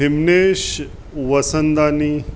Himesh Vasandani